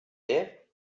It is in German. nähe